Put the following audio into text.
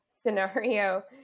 scenario